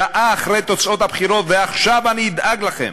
שעה אחרי תוצאות הבחירות: ועכשיו אני אדאג לכם.